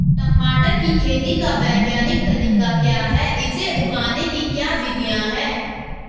टमाटर की खेती का वैज्ञानिक तरीका क्या है इसे उगाने की क्या विधियाँ हैं?